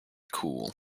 cool